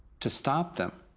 to stop them,